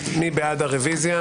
מי נמנע?